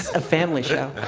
a family show.